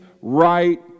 right